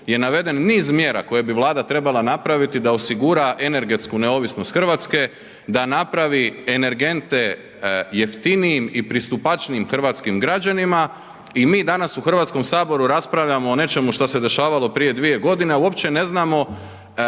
je naveden niz mjera koje bi Vlada trebala napraviti da osigura energetsku neovisnost Hrvatske, da napravi energente jeftinijim i pristupačnijim hrvatskim građanima i mi danas u Hrvatskom saboru raspravljamo o nečemu što se dešavalo prije 2 g. a uopće ne znamo